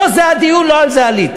לא על זה הדיון, לא לזה עליתי.